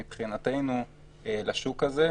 מבחינתנו לשוק הזה,